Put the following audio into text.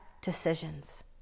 decisions